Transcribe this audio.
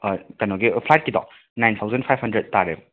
ꯀꯩꯅꯣꯒꯤ ꯐ꯭ꯂꯥꯏꯇ ꯀꯤꯗꯣ nine thousand five hundred ꯇꯥꯔꯦꯕ